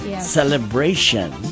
Celebration